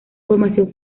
formación